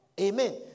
amen